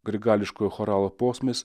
grigališkojo choralo posmais